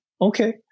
okay